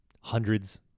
hundreds